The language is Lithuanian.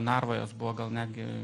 narvoj jos buvo gal netgi